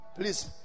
please